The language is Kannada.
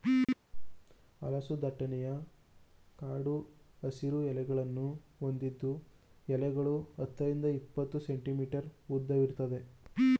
ಹಲಸು ದಟ್ಟನೆಯ ಕಡು ಹಸಿರು ಎಲೆಗಳನ್ನು ಹೊಂದಿದ್ದು ಎಲೆಗಳು ಹತ್ತರಿಂದ ಇಪ್ಪತ್ತು ಸೆಂಟಿಮೀಟರ್ ಉದ್ದವಿರ್ತದೆ